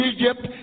Egypt